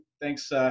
thanks